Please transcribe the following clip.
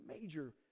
major